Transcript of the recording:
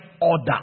order